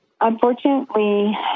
unfortunately